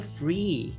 free